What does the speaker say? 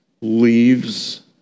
leaves